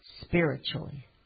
spiritually